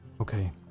Okay